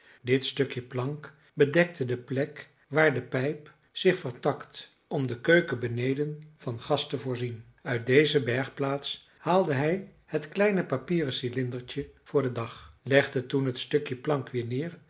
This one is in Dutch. dit stukje plank bedekte de plek waar de pijp zich vertakt om de keuken beneden van gas te voorzien uit deze bergplaats haalde hij het kleine papieren cylindertje voor den dag legde toen het stukje plank weer neer